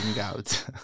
out